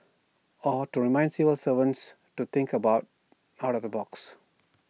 or to remind civil servants to think about out of the box